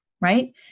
right